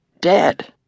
dead